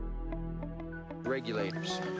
Regulators